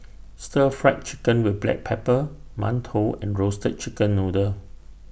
Stir Fry Chicken with Black Pepper mantou and Roasted Chicken Noodle